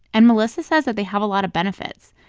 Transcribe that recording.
and melissa says that they have a lot of benefits.